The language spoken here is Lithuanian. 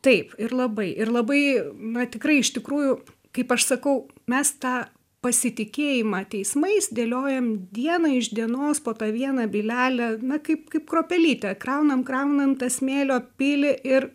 taip ir labai ir labai na tikrai iš tikrųjų kaip aš sakau mes tą pasitikėjimą teismais dėliojam dieną iš dienos po tą vieną bylelę na kaip kaip kruopelytę kraunam kraunam tą smėlio pilį ir